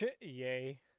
Yay